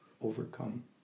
overcome